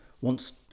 wants